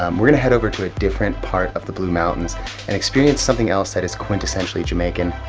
um we're going to head over to a different part of the blue mountains and experience something else that is quintessentially jamaican,